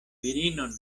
virinon